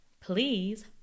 please